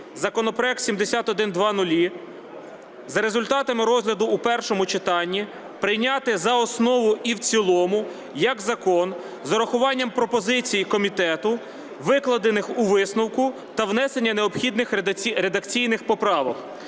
законопроект 7100 за результатами розгляду в першому читанні прийняти за основу і в цілому як закон з урахуванням пропозицій комітету, викладених у висновку, та внесення необхідних редакційних поправок.